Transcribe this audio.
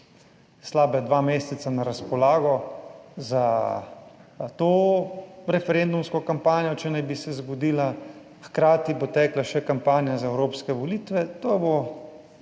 slaba dva meseca na razpolago za to referendumsko kampanjo, če naj bi se zgodila, hkrati bo tekla še kampanja za evropske volitve, to bo